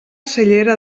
cellera